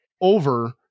over